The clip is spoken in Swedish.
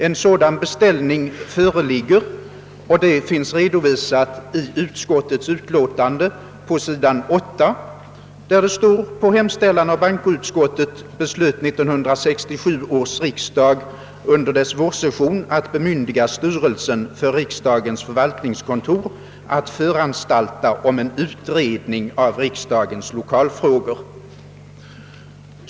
En sådan beställning föreligger, vilket finns redovisat på s. 8 i förevarande utlåtande, där det heter: »På hemställan av bankoutskottet beslöt 1967 års riksdag under dess vårsession att bemyndiga styrelsen för riksdagens förvaltningskontor att föranstalta om en utredning av riksdagens lokalfrågor».